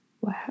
Wow